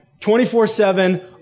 24-7